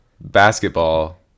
basketball